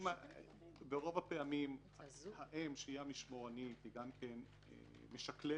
ורוב הפעמים האם שהיא המשמורנית היא גם כן משקללת.